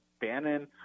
Bannon